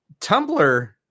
Tumblr